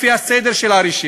בחרו לפי הסדר של הרשימה.